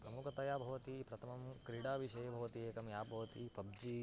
प्रमुखतया भवति प्रथमं क्रीडाविषये भवति एकम् एप् भवति पब्जी